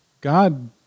God